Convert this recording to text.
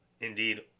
Indeed